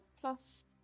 plus